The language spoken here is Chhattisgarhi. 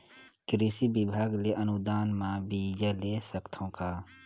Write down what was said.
कृषि विभाग ले अनुदान म बीजा ले सकथव का?